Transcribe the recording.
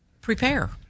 Prepare